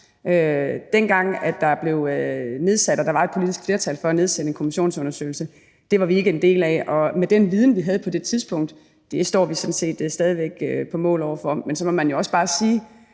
den har udviklet sig. Dengang der var et politisk flertal for at nedsætte en kommissionsundersøgelse, var vi ikke en del af det med den viden, vi havde på det tidspunkt – det står vi sådan set stadig væk på mål for. Men man må bare sige,